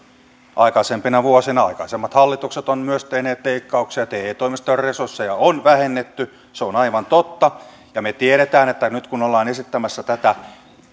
aikaisempina vuosina aikaisemmat hallitukset ovat myös tehneet leikkauksia te toimistojen resursseja on vähennetty se on aivan totta ja me tiedämme että nyt kun ollaan esittämässä tätä